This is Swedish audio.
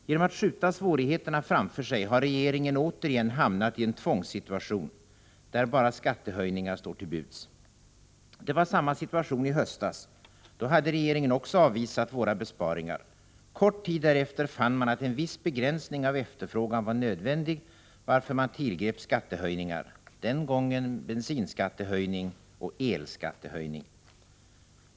Genom att skjuta svårigheterna framför sig har regeringen återigen hamnat i en tvångssituation, där bara skattehöjningar står till buds. Det var samma situation i höstas. Då hade regeringen också avvisat våra besparingar. Kort tid därefter fann man att en viss begränsning av efterfrågan var nödvändig, varför man tillgrep skattehöjningar — den gången bensinskattehöjning och elskattehöjning.